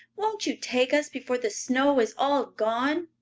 won't you take us before the snow is all gone?